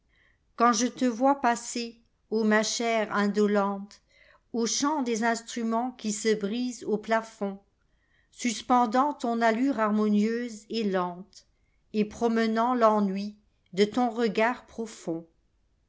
quand je te vois passer ô ma chère indolente au chant des instruments qui se brise au plafondsuspendant ton allure harmonieuse et lente et promenant l'ennui de ton regard profond